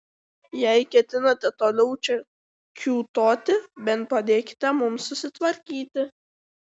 jei ketinate toliau čia kiūtoti bent padėkite mums susitvarkyti